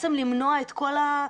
בעצם למנוע את כל ה,